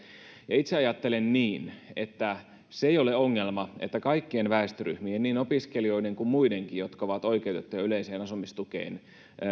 itse ajattelen niin että se ei ole ongelma että kaikkien väestöryhmien niin opiskelijoiden kuin muidenkin jotka ovat oikeutettuja yleiseen asumistukeen